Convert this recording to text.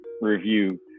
review